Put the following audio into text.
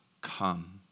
come